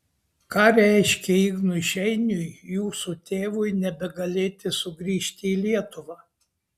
ką reiškė ignui šeiniui jūsų tėvui nebegalėti sugrįžti į lietuvą